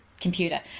computer